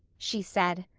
she said.